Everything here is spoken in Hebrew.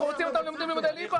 אנחנו רוצים אותם לומדים לימודי ליבה.